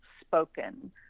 spoken